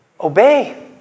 Obey